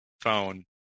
Phone